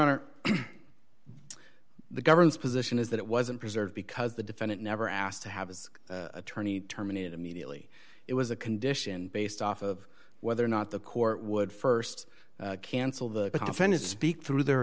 honor the government's position is that it wasn't preserved because the defendant never asked to have his attorney terminated immediately it was a condition based off of whether or not the court would st cancel the defendant speak through their